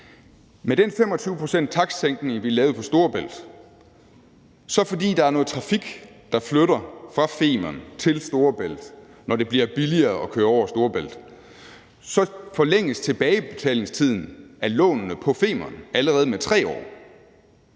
Med den 25-procentstakstsænkning, vi lavede på Storebælt, og fordi der er noget trafik, der flytter fra Femern til Storebælt, når det bliver billigere at køre over Storebælt, så forlænges tilbagebetalingstiden af lånene på Femern allerede med 3 år.